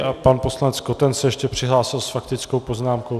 A pan poslanec Koten se ještě přihlásil s faktickou poznámkou.